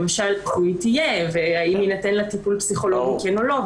למשל איפה היא תהיה והאם יינתן לה טיפול פסיכולוגי או לא,